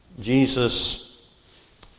Jesus